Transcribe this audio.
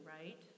right